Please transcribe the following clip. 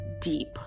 deep